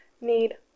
need